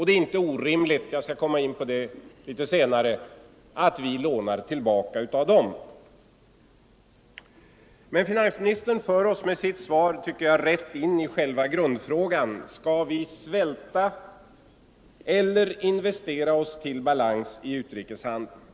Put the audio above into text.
Det är inte orimligt — jag skall komma in på det litet senare — att vi lånar tillbaka av dem: Men finansministern för oss med sitt svar, tycker jag, rätt in i själva grundfrågan: Skall vi svälta eller investera oss till balans i utrikeshandeln?